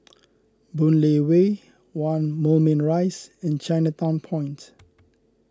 Boon Lay Way one Moulmein Rise and Chinatown Point